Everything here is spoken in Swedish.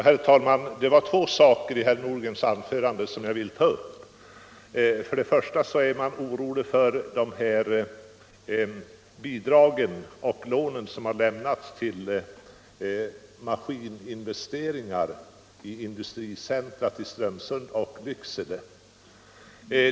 Herr talman! Det var två saker i herr Nordgrens anförande som jag här vill ta upp. Han är orolig för de bidrag och lån som Industricentra lämnat till vissa maskininvesteringar i Strömsund och Lycksele.